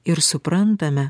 ir suprantame